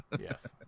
yes